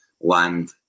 land